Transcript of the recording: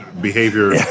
behavior